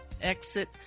exit